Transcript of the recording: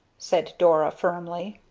said, dora, firmly.